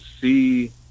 see